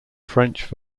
french